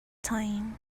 time